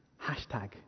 Hashtag